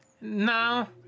no